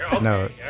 No